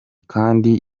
kandi